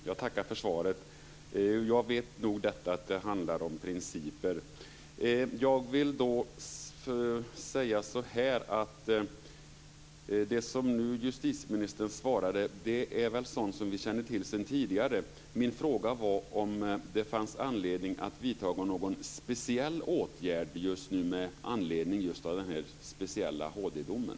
Fru talman! Jag tackar för svaret. Det som justitieministern nu svarade är sådant som vi känner till sedan tidigare. Min fråga var om det fanns anledning att vidta någon speciell åtgärd med anledning av den speciella HD-domen.